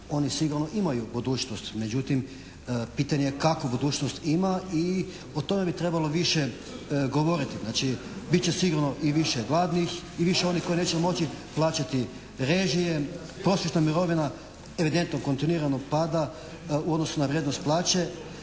oni sigurno imaju budućnost, međutim pitanje je kakvu budućnost ima i o tome bi trebalo više govoriti. Znači biti će sigurno i više gladnih i više onih koji neće moći plaćati režije. Prosječna mirovina kontinuirano pada u odnosu na vrijednost plaće